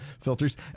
filters